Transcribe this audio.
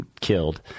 killed